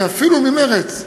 ואפילו ממרצ,